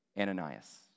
Ananias